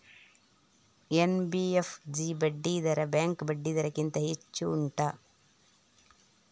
NBFC ಬಡ್ಡಿ ದರ bank ಬಡ್ಡಿ ದರ ಗಿಂತ ಹೆಚ್ಚು ಉಂಟಾ